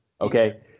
Okay